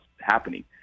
happening